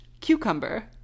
Cucumber